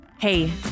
Hey